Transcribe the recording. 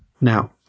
Now